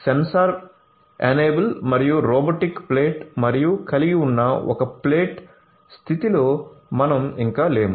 censor enable మరియు robotic plate మరియు కలిగి ఉన్న ఒక ప్లేట్ స్థితిలో మనం ఇంకా లేము